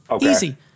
easy